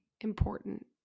important